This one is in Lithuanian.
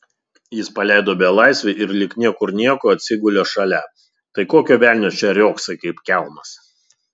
jis paleido belaisvį ir lyg niekur nieko atsigulė šalia tai kokio velnio čia riogsai kaip kelmas